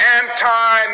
anti